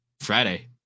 Friday